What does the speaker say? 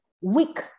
weak